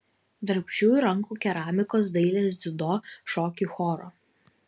darbščiųjų rankų keramikos dailės dziudo šokių choro